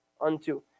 unto